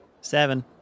Seven